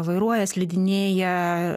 vairuoja slidinėja